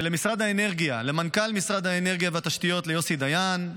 ולמשרד האנרגיה: למנכ"ל משרד האנרגיה והתשתיות יוסי דיין,